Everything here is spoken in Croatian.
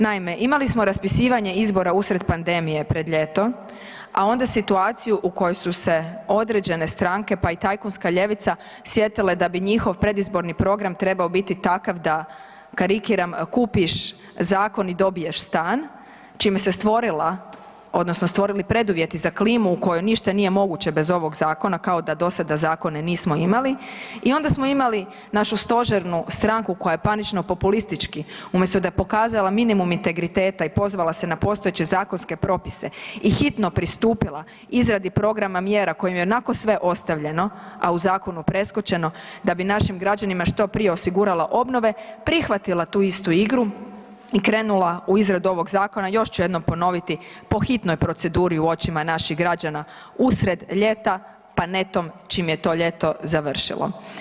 Naime, imali smo raspisivanje izbora usred pandemije pred ljeto, a onda situaciju u kojoj su se određene stranke pa i tajkunska ljevica sjetila da njihov predizborni program trebao biti takav da, karikiram, kupiš zakon i dobiješ stan čime su se stvorila odnosno stvorili preduvjeti za klimu u kojoj ništa nije moguće bez ovog zakona kao da do sada zakone nismo imali i onda smo imali našu stožernu stranku koja je panično populistički, umjesto da je pokazala minimum integriteta i pozvala se na postojeće zakonske propise i hitno pristupila izradi programa kojim je i onako sve ostavljeno, a u zakonu preskočeno da bi našim građanima što prije osiguralo obnove, prihvatila tu istu igru i krenula u izradu ovog zakona, još ću jednom ponoviti, po hitnoj proceduri u očima naših građana usred ljeta, pa netom čim je to ljeto završilo.